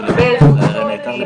היא תתקבל בקרוב.